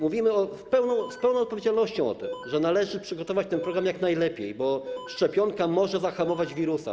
Mówimy więc z pełną odpowiedzialnością o tym, że należy przygotować ten program jak najlepiej, bo szczepionka może zahamować wirusa.